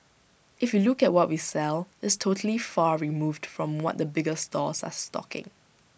if you look at what we sell it's totally far removed from what the bigger stores are stocking